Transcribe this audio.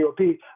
GOP